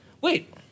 wait